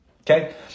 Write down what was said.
Okay